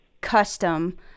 custom